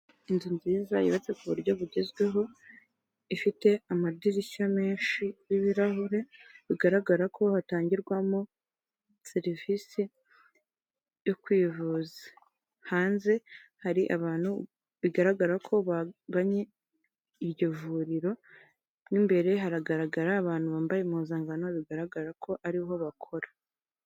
Inzu nziza yubatse ku buryo bugezweho ifite amadirishya menshi y'ibirahure bigaragara ko hatangirwamo serivisi yo kwivuza hanze hari abantu bigaragara ko bambayeye iryo vuriro n'imbere hagaragara abantu bambaye impuzangano bigaragara ko ariho bakora.